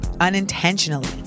unintentionally